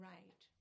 Right